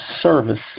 service